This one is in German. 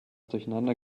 durcheinander